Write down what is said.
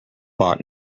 bought